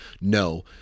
No